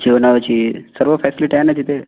जेवणावची सर्व फॅसलिटी आहे ना तिथे